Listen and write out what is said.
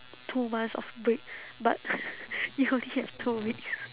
two months of break but you only have two weeks